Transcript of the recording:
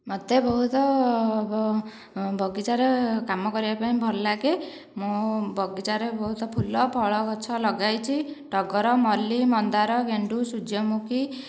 ମୋତେ ବହୁତ ବଗିଚାରେ କାମ କରିବାକୁ ଭଲ ଲାଗେ ମୁଁ ବଗିଚାରେ ବହୁତ ଫୁଲ ଫଳ ଗଛ ଲଗାଇଛି ଟଗର ମଲ୍ଲି ମନ୍ଦାର ଗେଣ୍ଡୁ ସୂର୍ଯ୍ୟମୁଖୀ